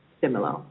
similar